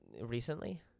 recently